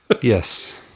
Yes